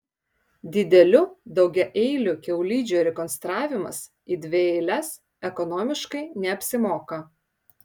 didelių daugiaeilių kiaulidžių rekonstravimas į dvieiles ekonomiškai neapsimoka